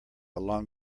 along